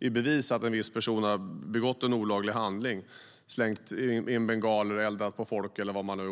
i bevis att en viss person har begått en olaglig handling, till exempel slängt in bengaler, eldat på folk eller stormat planen.